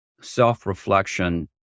self-reflection